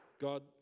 God